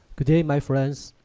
good day my friends